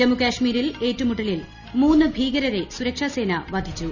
ജമ്മുകശ്മീരിൽ ഏറ്റുമുട്ടലിൽ മൂന്ന് ഭീകരരെ സുരക്ഷാ സേന വധിച്ചു